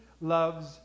loves